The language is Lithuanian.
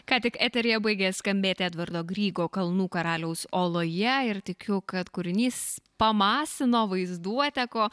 ką tik eteryje baigė skambėti edvardo grygo kalnų karaliaus oloje ir tikiu kad kūrinys pamasino vaizduotę ko